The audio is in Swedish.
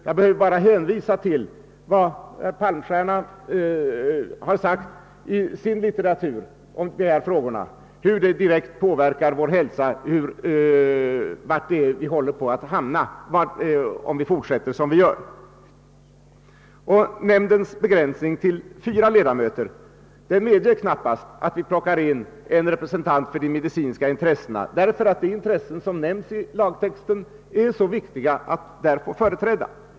Jag behöver bara hänvisa till vad Palmstierna sagt i sina skrifter om dessa frågor: hur miljöförstöringen direkt påverkar vår hälsa och var vi kommer att hamna om vi fortsätter som vi gör. Nämndens begränsning till fyra ledamöter medger knappast att man får med en representant för de medicinska intressena, eftersom det är mycket viktigt att även de intressen som nämnts i lagtexten blir företrädda.